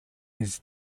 his